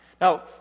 Now